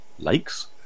Lakes